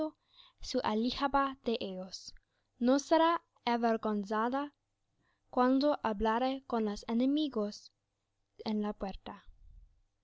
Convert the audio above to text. aljaba de ellos no será avergonzado cuando hablare con los enemigos en la puerta